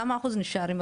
כמה אחוז נשארים?